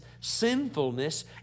sinfulness